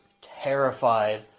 terrified